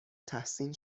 تحسین